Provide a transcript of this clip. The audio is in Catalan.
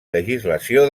legislació